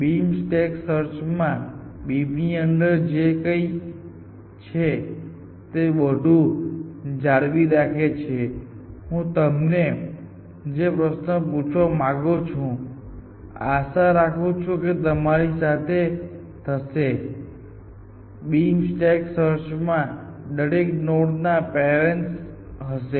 beam stack search આ બીમની અંદર જે કંઈ છે તે બધું જાળવી રાખે છે હું તમને જે પ્રશ્નપૂછવા માંગુ છું આશા રાખું છું કે તમારી સાથે થશે બીમ સ્ટેક સર્ચમાં દરેક નોડ ના પેરેન્ટ્સ હશે